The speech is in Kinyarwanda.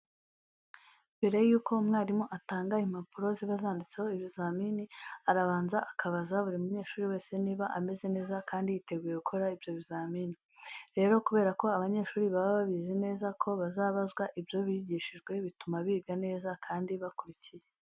Mbere yuko umwarimu atanga impapuro ziba zanditseho ibizamini, arabanza akabaza buri munyeshuri wese niba ameze neza kandi yiteguye gukora ibyo bizamini. Rero kubera ko abanyeshuri baba babizi neza ko bazabazwa ibyo bigishijwe, bituma biga neza kandi bakurikiye.